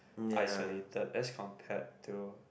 isolated as compared to